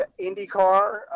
IndyCar